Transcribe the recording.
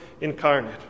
incarnate